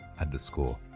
underscore